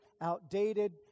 outdated